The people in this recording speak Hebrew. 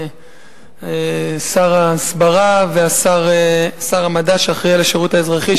שר ההסברה ושר המדע שאחראי לשירות האזרחי,